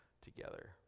together